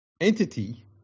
entity